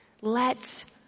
Let